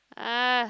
uh